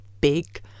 big